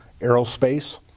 aerospace